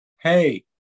Hey